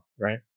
right